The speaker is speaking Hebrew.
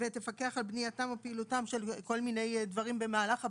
ותפקח על בנייתם ופעילותם של כל מיני דברים במהלך הבנייה,